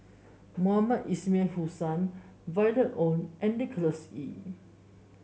Mohamed Ismail Hussain Violet Oon and Nicholas Ee